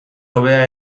hobea